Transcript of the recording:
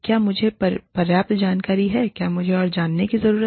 क्या मुझे पर्याप्त जानकारी हैक्या मुझे और जानने की जरूरत है